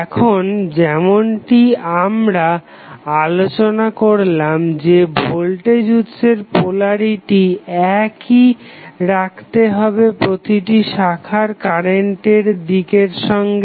এখন যেমনটি আমরা আলোচনা করলাম যে ভোল্টেজ উৎসের পোলারিটি একই রাখতে হবে প্রতিটি শাখার কারেন্টের দিকের সঙ্গে